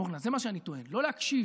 אורנה, זה מה שאני טוען, לא להקשיב.